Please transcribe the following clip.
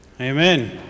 amen